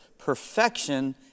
perfection